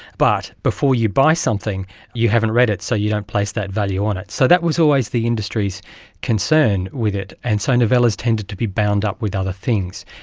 but before you buy something you haven't read it, so you don't place that value on it. so that was always the industry's concerned with it, and so novellas tended to be bound up with other things.